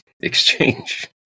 exchange